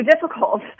difficult